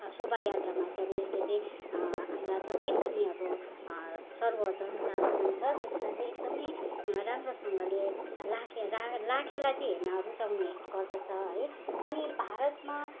शोभायात्रामा चाहिँ अब यसले चाहिँ हाम्रा जति पनि अब सर्वजन साधारण छ त्यसलाई चाहिँ एकदमै राम्रोसँगले लाखे राई लाखेलाई चाहिँ हेर्न रुचाउने गर्दछ है अनि भारतमा